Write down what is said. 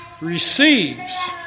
receives